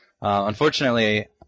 Unfortunately